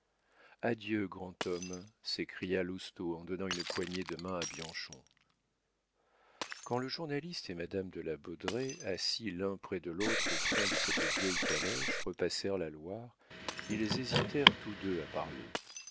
adieu adieu grand homme s'écria lousteau en donnant une poignée de main à bianchon quand le journaliste et madame de la baudraye assis l'un près de l'autre au fond de cette vieille calèche repassèrent la loire ils hésitèrent tous deux à parler